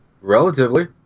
Relatively